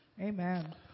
Amen